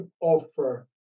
offer